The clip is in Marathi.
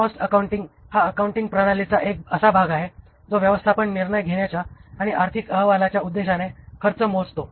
कॉस्ट अकाउंटिंग हा अकाउंटिंग प्रणालीचा एक असा भाग आहे जो व्यवस्थापन निर्णय घेण्याच्या आणि आर्थिक अहवालाच्या उद्देशाने खर्च मोजतो